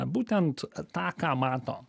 būtent tą ką mato